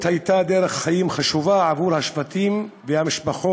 הייתה דרך חיים חשובה עבור השבטים והמשפחות.